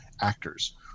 actors